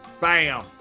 bam